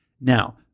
Now